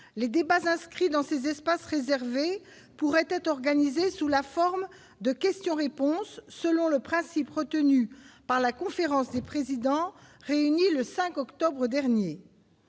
les débats inscrits dans ces espaces réservés pourrait être organisée sous la forme de questions-réponses, selon le principe retenu par la conférence des présidents réunis le 5 octobre dernier